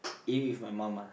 eat with my mom ah